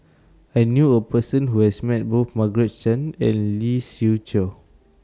I knew A Person Who has Met Both Margaret Chan and Lee Siew Choh